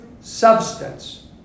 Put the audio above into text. substance